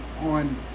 on